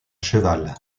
cheval